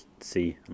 see